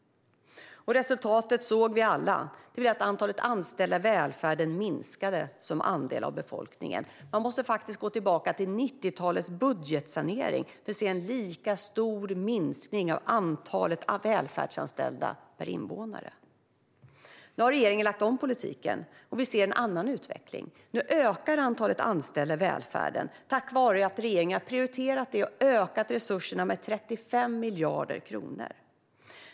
Resultatet såg vi alla i det att antalet anställda i välfärden minskade som andel av befolkningen. Vi måste faktiskt gå tillbaka till 90-talets budgetsanering för att se en lika stor minskning av antalet välfärdsanställda per invånare. Nu har regeringen lagt om politiken, och vi ser en annan utveckling. Antalet anställda i välfärden ökar, tack vare att regeringen har prioriterat detta och ökat resurserna med 35 miljarder kronor.